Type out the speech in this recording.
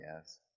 yes